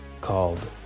called